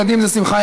ילדים זה שמחה,